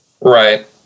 Right